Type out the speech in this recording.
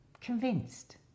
convinced